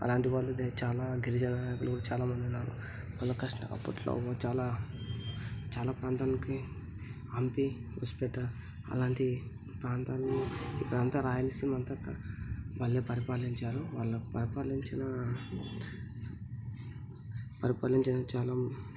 అలాంటివాళ్ళు దే చాలా గిరిజన నాయకులు కూడా చాలామంది ఉన్నారు వాళ్ళ కష్టం అప్పట్లో చాలా చాలా ప్రాంతానికి హంపి హోస్పేట అలాంటి ప్రాంతాల్లో ఈ ప్రాంత రాయలసీమ అంతా వాళ్ళే పరిపాలించారు వాళ్ళ పరిపాలించిన పరిపాలించిన చాలా